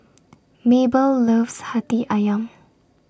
Mabell loves Hati Ayam